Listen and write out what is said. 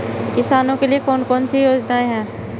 किसानों के लिए कौन कौन सी योजनाएं हैं?